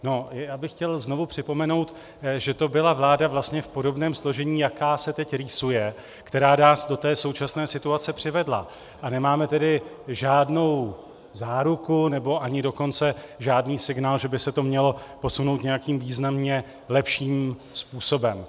No, já bych chtěl znovu připomenout, že to byla vláda vlastně v podobném složení, jaká se teď rýsuje, která nás do té současné situace přivedla, a nemáme tedy žádnou záruku, nebo ani dokonce žádný signál, že by se to mělo posunout nějakým významně lepším způsobem.